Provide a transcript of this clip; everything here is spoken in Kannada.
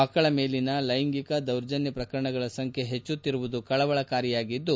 ಮಕ್ಕಳ ಮೇಲಿನ ಲೈಂಗಿಕ ದೌರ್ಜನ್ಯ ಪ್ರಕರಣಗಳ ಸಂಖ್ಯೆ ಹೆಚ್ಚುತ್ತಿರುವುದು ಕಳವಳಕಾರಿಯಾಗಿದ್ದು